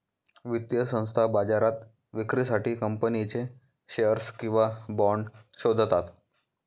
वित्तीय संस्था बाजारात विक्रीसाठी कंपनीचे शेअर्स किंवा बाँड शोधतात